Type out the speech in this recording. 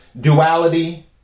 duality